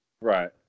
Right